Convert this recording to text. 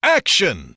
action